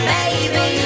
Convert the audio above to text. Baby